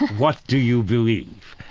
what do you believe?